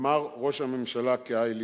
אמר ראש הממשלה כהאי לישנא: